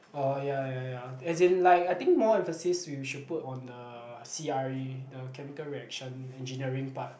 orh ya ya ya as in like I think more emphasis you should put on the C_R_A the chemical reaction engineering part